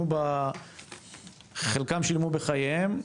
חלקם שילמו בחייהם,